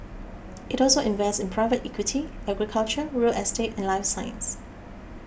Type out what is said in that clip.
it also invests in private equity agriculture real estate and life science